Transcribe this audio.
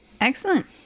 Excellent